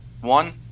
one